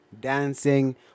Dancing